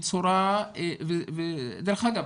ודרך אגב,